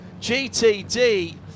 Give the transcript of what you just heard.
GTD